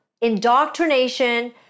indoctrination